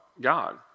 God